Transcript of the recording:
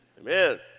amen